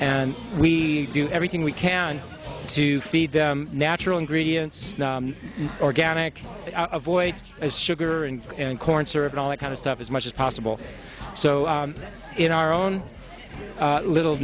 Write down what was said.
and we do everything we can to feed the natural ingredients organic avoid as sugar and and corn syrup and all that kind of stuff as much as possible so in our own little